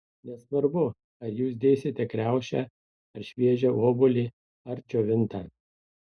nesvarbu ar jūs dėsite kriaušę ar šviežią obuolį ar džiovintą